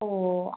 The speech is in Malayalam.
ഓ